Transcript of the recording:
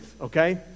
okay